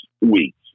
weeks